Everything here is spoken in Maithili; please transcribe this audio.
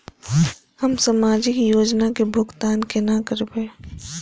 हम सामाजिक योजना के भुगतान केना करब?